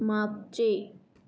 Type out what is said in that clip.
मागचे